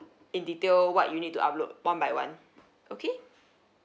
in detail what you need to upload one by one okay